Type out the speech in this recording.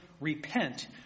repent